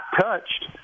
touched –